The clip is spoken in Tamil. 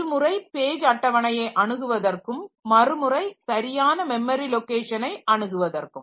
ஒரு முறை பேஜ் அட்டவணையை அணுகுவதற்கும் மறுமுறை சரியான மெமரி லொகேஷனை அணுகுவதற்கும்